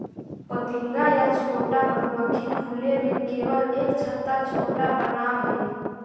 पोतिंगा या छोटा मधुमक्खी खुले में केवल एक छत्ता छोटा बनावऽ हइ